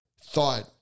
thought